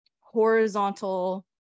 horizontal